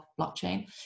blockchain